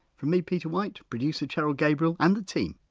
from me peter white, producer cheryl gabriel and the team,